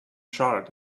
charred